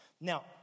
Now